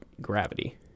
gravity